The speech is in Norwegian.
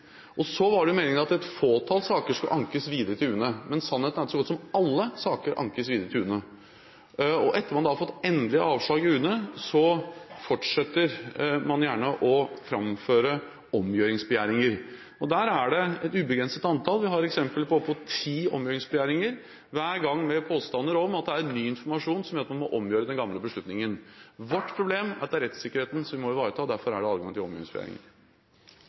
og så var det jo meningen at et fåtall saker skulle ankes videre til UNE. Men sannheten er at så godt som alle saker ankes videre til UNE. Etter at man da har fått endelig avslag i UNE, fortsetter man gjerne å framføre omgjøringsbegjæringer. Der er det et ubegrenset antall slike – vi har eksempler på opp mot ti omgjøringsbegjæringer – hver gang med påstander om at det er ny informasjon som gjør at man må omgjøre den gamle beslutningen. Vårt problem er at det er rettssikkerheten vi må ivareta, derfor er det adgang til omgjøringsbegjæringer.